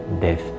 death